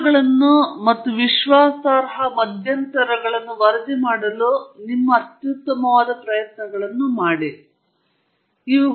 ದೋಷಗಳನ್ನು ಮತ್ತು ವಿಶ್ವಾಸಾರ್ಹ ಮಧ್ಯಂತರಗಳನ್ನು ವರದಿ ಮಾಡಲು ನಿಮ್ಮ ಪ್ರಯತ್ನಗಳಲ್ಲಿ ಅತ್ಯುತ್ತಮವಾದ ಪ್ರಯತ್ನಗಳನ್ನು ಮಾಡಲು ಪ್ರಯತ್ನಿಸಿ